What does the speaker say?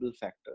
factor